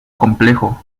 complejo